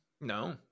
No